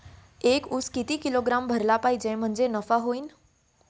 एक उस किती किलोग्रॅम भरला पाहिजे म्हणजे नफा होईन?